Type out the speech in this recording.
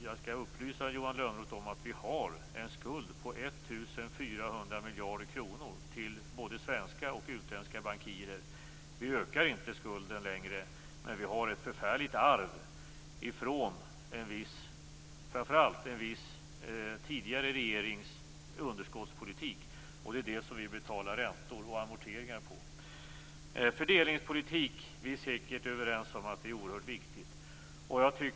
Jag skall upplysa Johan Lönnroth om att vi har en skuld på 1 400 miljarder kronor till både svenska och utländska bankirer. Vi ökar inte skulden längre, men vi har ett förfärligt arv framför allt från en viss tidigare regerings underskottspolitik. Det är det som vi nu betalar räntor och amorteringar på. Vi är säkert överens om att fördelningspolitiken är oerhört viktig.